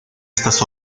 estas